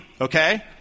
okay